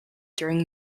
during